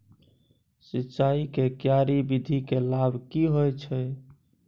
सिंचाई के क्यारी विधी के लाभ की होय छै?